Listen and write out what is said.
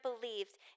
believed